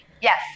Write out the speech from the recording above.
Yes